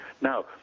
Now